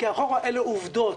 כי אחורה אלה עובדות,